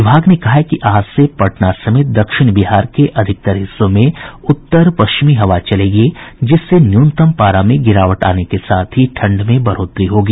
विभाग ने कहा है कि आज से पटना समेत दक्षिण बिहार के अधिकांश हिस्सों में उत्तर पश्चिमी हवा चलेगी जिससे न्यूनतम पारा में गिरावट आने के साथ ही ठंड में बढ़ोतरी होगी